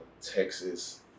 Texas